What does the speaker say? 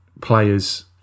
players